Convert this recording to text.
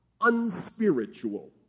unspiritual